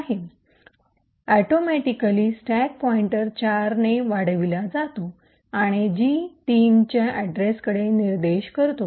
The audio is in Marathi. आपोआप ऑटोमैटिक्ली - Atomically स्टॅक पॉइंटर 4 ने वाढविला जातो आणि जी 3 च्या अड्रेसकडे निर्देश करतो